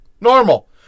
normal